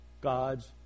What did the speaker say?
God's